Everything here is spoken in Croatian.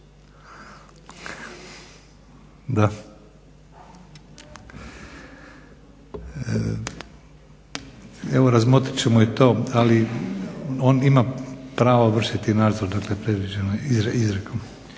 da. Evo razmotrit ćemo i to ali on ima pravo vršiti nadzor predviđenom izrijekom.